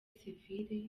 civile